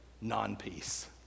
non-peace